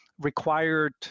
required